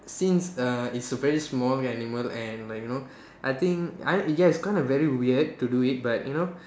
since err it's a very small animal and like you know I think I ya it's kind of very weird to do it but you know